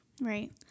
right